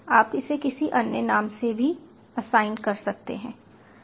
आप इसे किसी अन्य नाम से भी असाइन कर सकते हैं